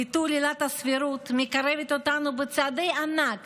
ביטול עילת הסבירות מקרב אותנו בצעדי ענק